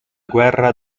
guerra